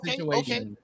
Okay